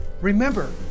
Remember